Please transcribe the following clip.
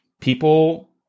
people